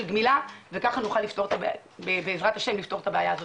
גמילה וככה נוכל בעזרת השם לפתור את הבעיה הזאת.